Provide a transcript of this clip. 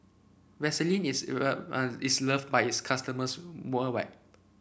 Vaselin is is loved by its customers worldwide